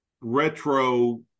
retro